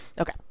Okay